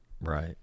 Right